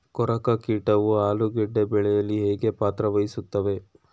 ಕೊರಕ ಕೀಟವು ಆಲೂಗೆಡ್ಡೆ ಬೆಳೆಯಲ್ಲಿ ಹೇಗೆ ಪಾತ್ರ ವಹಿಸುತ್ತವೆ?